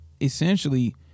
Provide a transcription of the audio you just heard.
essentially